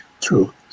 true